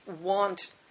want